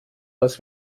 dass